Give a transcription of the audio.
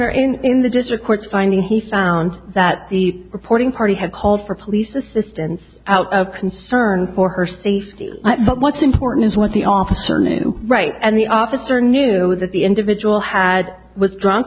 in in the district court finding he found that the reporting party had called for police assistance out of concern for her safety but what's important is what the officer knew right and the officer knew that the individual had was drunk